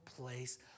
place